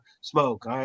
smoke